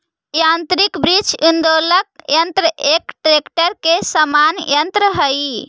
यान्त्रिक वृक्ष उद्वेलक यन्त्र एक ट्रेक्टर के समान यन्त्र हई